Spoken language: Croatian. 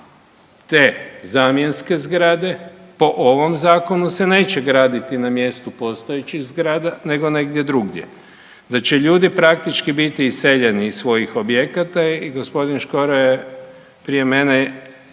te zamjenske zgrade po ovom zakonu se neće graditi na mjestu postojećih zgrada nego negdje drugdje, da će ljudi praktički biti iseljeni iz svojih objekata i g. Škoro je prije mene postavio